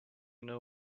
know